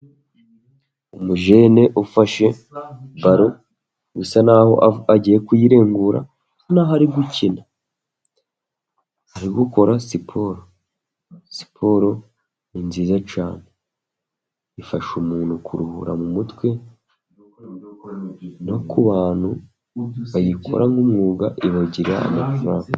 Umujene ufashe balo bisa naho agiye kuyiregura, naho ari gukina, ari gukora siporo. Siporo ni nziza cyane ifasha umuntu kuruhura mu mutwe, no ku bantu bayikora nk'umwuga ibagira amafaranga.